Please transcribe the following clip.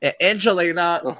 Angelina